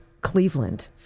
Cleveland